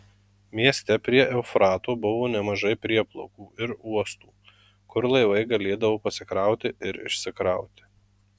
mieste prie eufrato buvo nemažai prieplaukų ir uostų kur laivai galėdavo pasikrauti ir išsikrauti